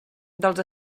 dels